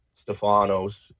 Stefano's